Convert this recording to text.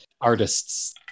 artists